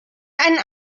einen